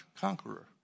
conqueror